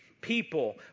people